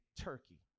Turkey